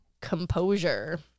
Composure